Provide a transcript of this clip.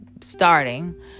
starting